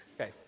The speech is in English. Okay